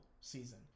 season